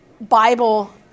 Bible